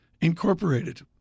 Incorporated